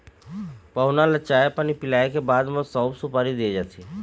पहुना ल चाय पानी पिलाए के बाद म सउफ, सुपारी दे जाथे